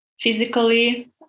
physically